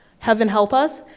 heaven help us,